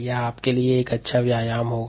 यह आपके लिए एक अच्छा व्यायाम होगा